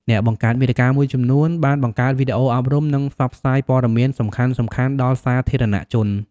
អ្នកបង្កើតមាតិកាមួយចំនួនបានបង្កើតវីដេអូអប់រំ និងផ្សព្វផ្សាយព័ត៌មានសំខាន់ៗដល់សាធារណជន។